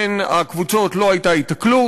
בין הקבוצות לא הייתה היתקלות.